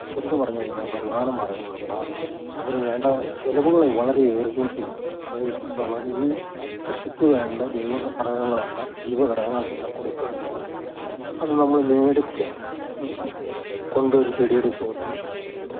ശരിക്കും പറഞ്ഞു കഴിഞ്ഞാൽ വരുമാന മാർഗ്ഗങ്ങളുണ്ടാകുന്നുണ്ട് അതിനുവേണ്ട ചിലവുകൾ വളരെ ഏറിക്കൊണ്ടിരിക്കുകയാണ് അവയ്ക്ക് ഇപ്പോൾ വേണ്ടി കൃഷിയ്ക്ക് വേണ്ട ജൈവ ഘടകങ്ങളെല്ലാം ജീവ ഘടകങ്ങളെല്ലാം കൊടുക്കണമെങ്കിൽ അത് നമ്മൾ മേടിച്ചു കൊണ്ടൊരു ചെടിയുടെ ചുവട്ടിൽ ഇട്ടു